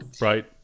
Right